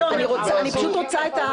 אני פשוט רוצה,